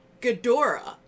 Ghidorah